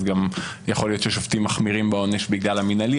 אז גם יכול להיות שיש שופטים מחמירים בעונש בגלל המינהלי.